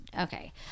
Okay